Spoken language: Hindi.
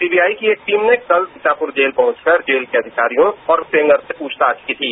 सीबीआई की एक टीम ने कल सीतापुर जेल पहुंचकर जेल अधिकारियों और सेंगर से पृछताछ की थी